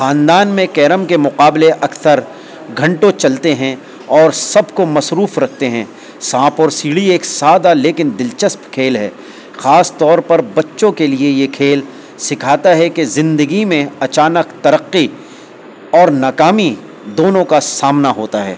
خاندان میں کیرم کے مقابلے اکثر گھنٹوں چلتے ہیں اور سب کو مصروف رکھتے ہیں سانپ اور سیڑھی ایک سادہ لیکن دلچسپ کھیل ہے خاص طور پر بچوں کے لیے یہ کھیل سکھاتا ہے کہ زندگی میں اچانک ترقی اور ناکامی دونوں کا سامنا ہوتا ہے